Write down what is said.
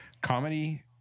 comedy